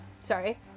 sorry